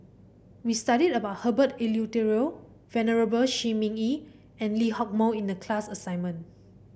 we studied about Herbert Eleuterio Venerable Shi Ming Yi and Lee Hock Moh in the class assignment